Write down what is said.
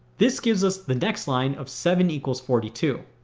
this gives us the next line of seven equals forty two.